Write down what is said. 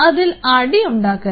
അതിൽ അടി ഉണ്ടാക്കരുത്